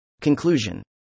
Conclusion